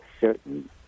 certain